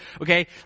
Okay